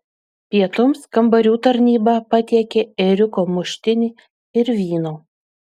pietums kambarių tarnyba patiekė ėriuko muštinį ir vyno